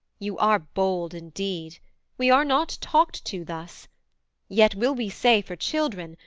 you are bold indeed we are not talked to thus yet will we say for children,